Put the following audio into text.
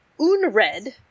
Unred